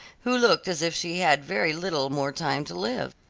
who looked as if she had very little more time to live.